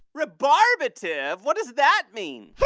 rebarbative? what does that mean?